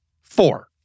Four